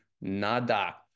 nada